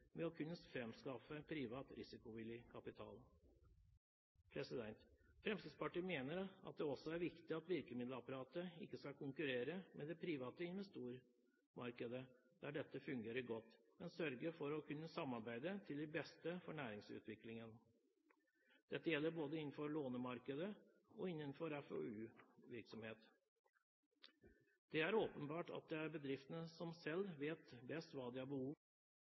med å kunne framskaffe privat risikovillig kapital. Fremskrittspartiet mener at det også er viktig at virkemiddelapparatet ikke skal konkurrere med det private investormarkedet der dette fungerer godt, men man må sørge for å kunne samarbeide til beste for næringsutviklingen. Dette gjelder både innenfor lånemarkedet og innenfor FoU-virksomhet. Det er åpenbart at bedriftene selv vet best hva de har behov